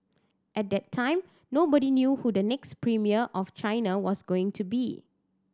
at the time nobody knew who the next premier of China was going to be